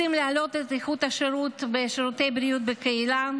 אם רוצים להעלות את איכות השירות בשירותי בריאות בקהילה,